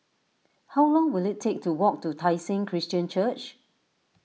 how long will it take to walk to Tai Seng Christian Church